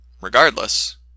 Regardless